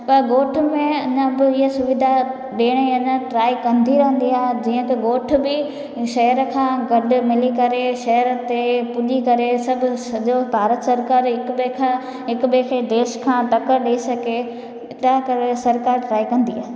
त ॻोठ में अञा बि इहे सुविधा ॾियण जी अञा ट्राए कंदी रहंदी आहे जीअं की ॻोठ बि शहर खां गॾु मिली करे शहर ते पूॼी करे सभु सॼो भारत सरकारु हिकु ॿिए खां हिकु ॿिए खे देश खां टकर ॾेई सघे था करे सरकारु ट्राए कंदी आहे